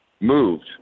moved